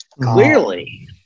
Clearly